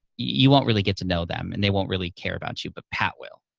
you won't really get to know them and they won't really care about you, but pat will.